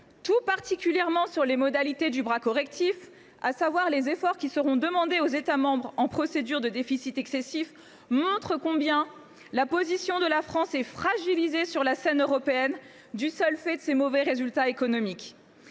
tout particulièrement sur les modalités du bras correctif, soit les efforts demandés aux États membres en procédure de déficit excessif, montre combien la position de la France est fragilisée sur la scène européenne du seul fait de ses mauvais résultats économiques.